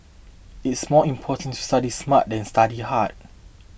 it is more important to study smart than study hard